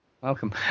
Welcome